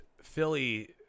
Philly